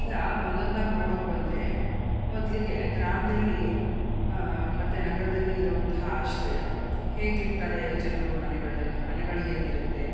ಈಗ ಒಂದೊಂದಾಗಿ ನೋಡೋಕ್ಕೆ ಬಂದರೆ ಮೊದಲಿಗೆ ಗ್ರಾಮದಲ್ಲಿ ಮತ್ತು ನಗರದಲ್ಲಿ ಇರುವಂತಹ ಆಶ್ರಯ ಹೇಗಿರ್ತಾರೆ ಜನರು ಮನೆಗಳ ಮನೆಗಳು ಹೇಗಿರತ್ತೆ